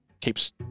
keeps